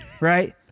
right